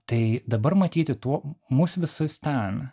tai dabar matyti tuo mus visus ten